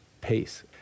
pace